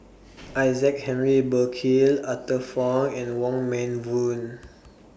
Isaac Henry Burkill Arthur Fong and Wong Meng Voon